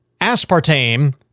Aspartame